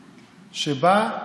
שבאה,